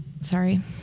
sorry